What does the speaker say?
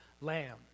Lamb